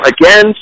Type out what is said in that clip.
again